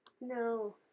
No